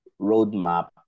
roadmap